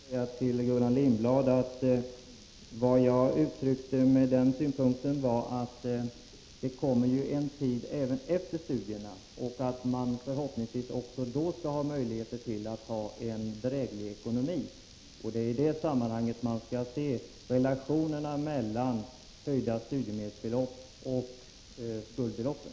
Herr talman! Låt mig bara kort säga till Gullan Lindblad att vad jag uttryckte med min synpunkt om kraftiga höjningar, var att det kommer en tid även efter studierna och att man förhoppningsvis också då skall ha möjligheter till en dräglig ekonomi. Det är i det sammanhanget vi skall se relationerna mellan höjda studiemedelsbelopp och skuldbeloppen.